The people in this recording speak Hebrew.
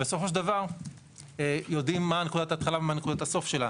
בסופו של דבר יודעים מה נקודת ההתחלה ומה נקודת הסוף שלה.